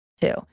two